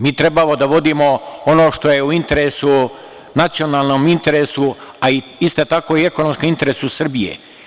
Mi treba da vodimo ono što je u nacionalnom interesu, a ista tako i ekonomska u interesu Srbije.